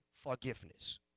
forgiveness